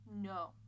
No